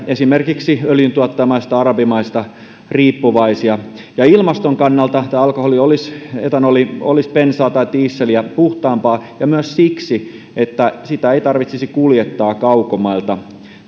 esimerkiksi öljyntuottajamaista arabimaista riippuvaisia ja ilmaston kannalta alkoholi etanoli olisi bensaa tai dieseliä puhtaampaa myös siksi että sitä ei tarvitsisi kuljettaa kaukomailta